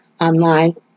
online